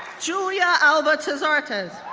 julia alba tazartes,